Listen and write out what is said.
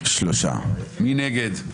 8 נגד,